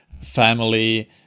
family